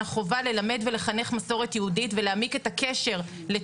החובה ללמד ולחנך מסורת יהודית ולהעמיק את הקשר בין